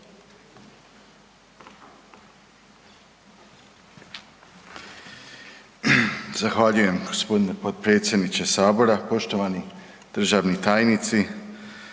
Zahvaljujem gospodine potpredsjedniče sabora. Poštovani državni tajnici,